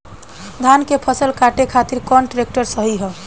धान के फसल काटे खातिर कौन ट्रैक्टर सही ह?